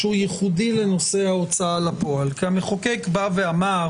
מענה שהוא ייחודי לנושא ההוצאה לפועל כי המחוקק בא ואמר